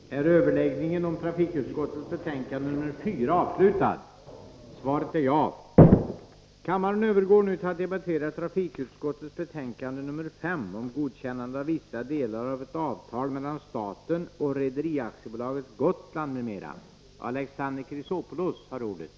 Kammaren övergår nu till att debattera finansutskottets betänkande 11 om höjning av Sveriges kvot i Internationella valutafonden och om godkännande av beslut inom Internationella valutafonden rörande revidering av de generella lånearrangemangen.